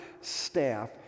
staff